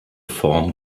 form